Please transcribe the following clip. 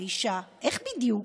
האישה: איך בדיוק?